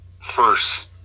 first